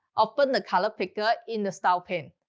open the color picker in the style pane,